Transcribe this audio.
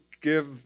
give